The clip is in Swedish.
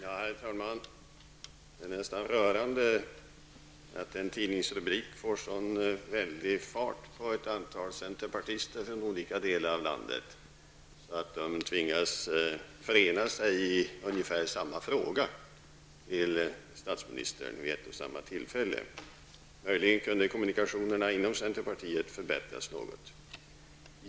Herr talman! Det är nästan rörande att en tidningsrubrik kan få en så väldig fart på ett antal centerpartister från olika delar av landet att de vid samma tillfälle tvingas förena sig i ungefär samma fråga till statsministern. Möjligen kunde kommunikationerna inom centerpartiet förbättras något.